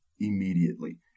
immediately